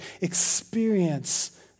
experience